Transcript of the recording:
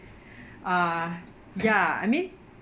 uh ya I mean